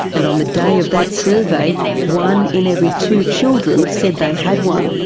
and on the day of that survey one in every two children said they had one.